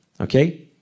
Okay